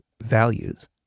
values